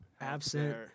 Absent